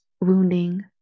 wounding